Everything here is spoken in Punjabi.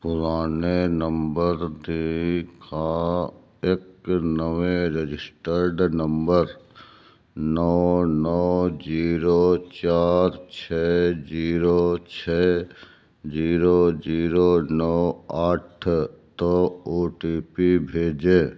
ਪੁਰਾਣੇ ਨੰਬਰ ਦੀ ਥਾਂ ਇੱਕ ਨਵੇਂ ਰਜਿਸਟਰਡ ਨੰਬਰ ਨੌਂ ਨੌਂ ਜੀਰੋ ਚਾਰ ਛੇ ਜੀਰੋ ਛੇ ਜੀਰੋ ਜੀਰੋ ਨੌਂ ਅੱਠ 'ਤੇ ਓ ਟੀ ਪੀ ਭੇਜੇ